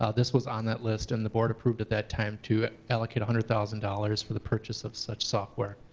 ah this was on that list, and the board approved at that time to allocate one hundred thousand dollars for the purchase of such software.